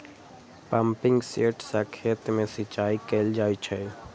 pumping set सं खेत मे सिंचाई कैल जाइ छै